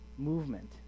movement